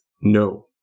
no